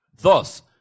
thus